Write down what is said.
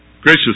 Gracious